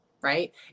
right